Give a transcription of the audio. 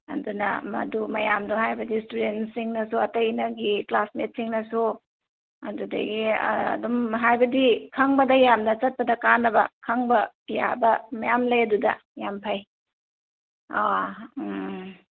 ꯑꯗꯨꯅ ꯃꯗꯨ ꯃꯌꯥꯝꯗꯨ ꯍꯥꯏꯕꯗꯤ ꯏꯁꯇꯨꯗꯦꯟꯁꯤꯡꯅꯁꯨ ꯑꯇꯩ ꯅꯪꯒꯤ ꯀ꯭ꯂꯥꯁꯃꯦꯠꯁꯤꯡꯅꯁꯨ ꯑꯗꯨꯗꯒꯤ ꯑꯗꯨꯝ ꯍꯥꯏꯕꯗꯤ ꯈꯪꯕꯗ ꯌꯥꯝꯅ ꯆꯠꯄꯗ ꯀꯥꯟꯅꯕ ꯈꯪꯕ ꯌꯥꯕ ꯃꯌꯥꯝ ꯂꯩ ꯑꯗꯨꯗ ꯌꯥꯝ ꯐꯩ ꯑꯥ ꯎꯝ